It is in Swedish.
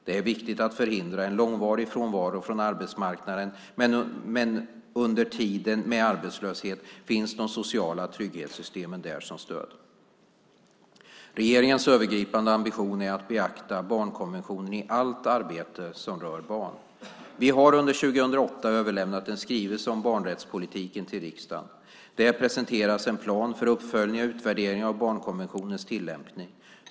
Det är viktigt att förhindra en långvarig frånvaro från arbetsmarknaden, men under tiden med arbetslöshet finns de sociala trygghetssystemen där som stöd. Regeringens övergripande ambition är att beakta barnkonventionen i allt arbete som rör barn. Vi har under 2008 överlämnat en skrivelse om barnrättspolitiken till riksdagen. Där presenteras en plan för uppföljning och utvärdering av barnkonventionens tillämpning.